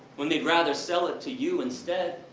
when they rather sell it to you instead.